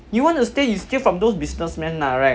you want to steal you steal from those businessman ah right